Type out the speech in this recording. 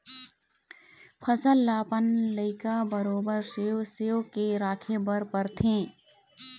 फसल ल अपन लइका बरोबर सेव सेव के राखे बर परथे